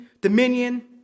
dominion